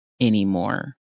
anymore